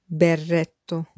berretto